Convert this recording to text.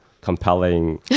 compelling